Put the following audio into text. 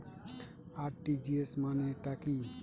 RTGS মানে টা কি?